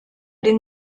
den